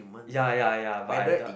ya ya ya but I doubt